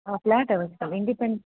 flat अवस्था independent